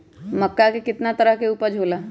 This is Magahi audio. मक्का के कितना तरह के उपज हो ला?